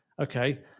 Okay